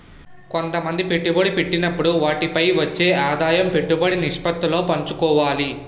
కొంతమంది పెట్టుబడి పెట్టినప్పుడు వాటిపై వచ్చే ఆదాయం పెట్టుబడి నిష్పత్తిలో పంచుకోవాలి